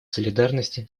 солидарности